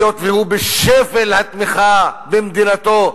היות שהוא בשפל התמיכה במדינתו,